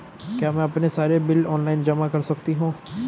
क्या मैं अपने सारे बिल ऑनलाइन जमा कर सकती हूँ?